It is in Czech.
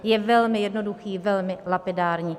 Je velmi jednoduchý, velmi lapidární.